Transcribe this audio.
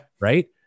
Right